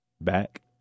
Back